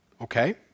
Okay